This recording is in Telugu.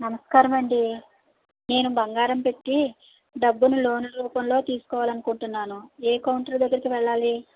నమస్కారం అండి నేను బంగారం పెట్టి డబ్బులు లోన్ రూపంలో తీసుకోవాలి అనుకుంటున్నాను ఏ కౌంటర్ దగ్గరికి వెళ్ళాలి